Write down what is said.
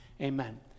Amen